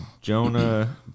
Jonah